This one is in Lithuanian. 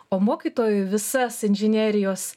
o mokytojui visas inžinerijos